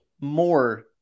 more